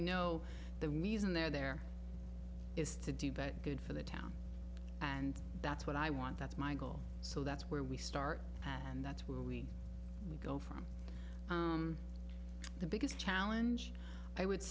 know the reason they're there is to do that good for the town and that's what i want that's my goal so that's where we start and that's where we go from the biggest challenge i would